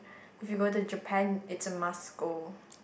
if you go to Japan it's a must go